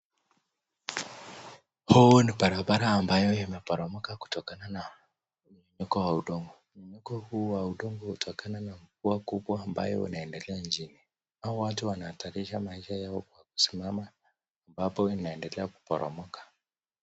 Huu ni barabara imeporoka kutokana na mmonyoko wa udongo. Mmomonyoko huu wa udongo hutokana na mvua kubwa ambayo unaendelea nchini hawa watu wanahatatisha maisha yao kwa kusimama ambapo inaendelea kuporomoka.